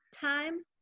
Time